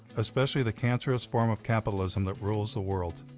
especially the cancerous form of capitalism that rules the world.